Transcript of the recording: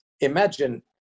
imagine